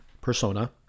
persona